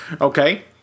Okay